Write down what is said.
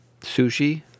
sushi